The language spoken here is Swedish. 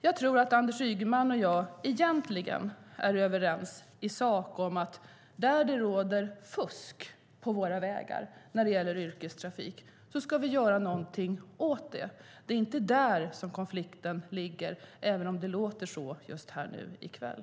Jag tror att Anders Ygeman och jag egentligen är överens i sak om att när det förekommer fusk inom yrkestrafiken på våra vägar ska vi göra någonting åt det. Det är inte där konflikten ligger, även om det låter så här i kväll.